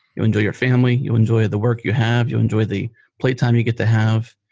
you'll enjoy your family, you'll enjoy the work you have, you'll enjoy the playtime you get to have,